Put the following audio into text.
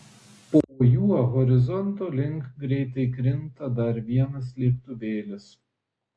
po juo horizonto link greitai krinta dar vienas lėktuvėlis